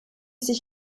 sich